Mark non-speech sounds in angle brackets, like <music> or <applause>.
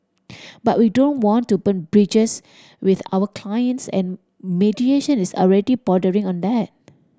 <noise> but we don't want to burn bridges with our clients and mediation is already bordering on that